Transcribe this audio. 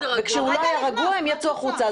וכשהוא לא היה רגוע הם יצאו החוצה.